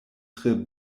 tre